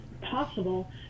possible